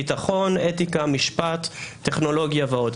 ביטחון, אתיקה, משפט, טכנולוגיה ועוד.